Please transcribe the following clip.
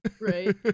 Right